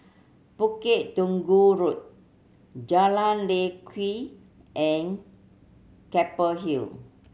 Bukit Tunggal Road Jalan Lye Kwee and Keppel Hill